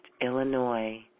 Illinois